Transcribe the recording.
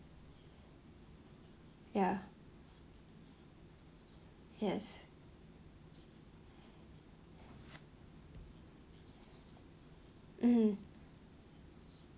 ya yes mmhmm